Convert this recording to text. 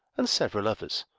and several others,